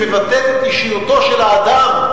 שמבטאת את אישיותו של האדם.